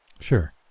Sure